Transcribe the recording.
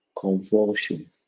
Convulsion